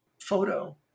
photo